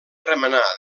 remenar